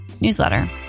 newsletter